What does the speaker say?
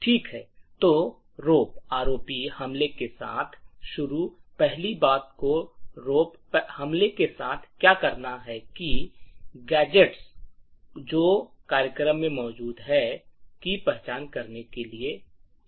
ठीक है तो रोप हमले के साथ शुरू पहली बात को रोप हमले के साथ क्या करना है गैजेट ्स जो कार्यक्रम में मौजूद है की पहचान करने के लिए है